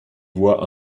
voit